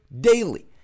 daily